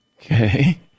Okay